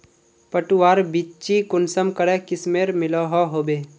पटवार बिच्ची कुंसम करे किस्मेर मिलोहो होबे?